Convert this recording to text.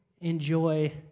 enjoy